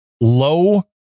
low